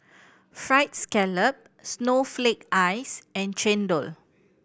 Fried Scallop snowflake ice and chendol